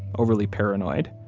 overly paranoid.